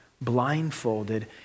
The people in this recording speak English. blindfolded